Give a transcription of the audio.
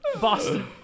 Boston